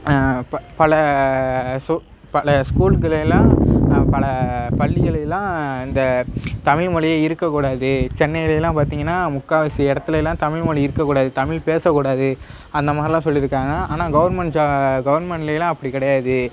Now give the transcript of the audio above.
ப பல சு பல ஸ்கூல்களெலாம் பல பள்ளிகளெலாம் இந்த தமிழ் மொழி இருக்கக்கூடாது சென்னையிலெலாம் பார்த்தீங்கன்னா முக்கால்வாசி இடத்துலேலாம் தமிழ் மொழி இருக்கக்கூடாது தமிழ் பேசக்கூடாது அந்த மாதிரிலாம் சொல்லியிருக்காங்க ஆனால் கவுர்மெண்ட் ஜா கவுர்மெண்ட்லெலாம் அப்படி கிடையாது